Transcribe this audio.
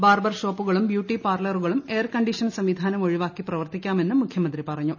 barber ഷോപ്പുകളും beauty പാർലറുകളും air condition സംവിധാനം ഒഴിവാക്കി പ്രവർത്തിക്കാമെ ന്നും മുഖ്യമന്ത്രി പറഞ്ഞു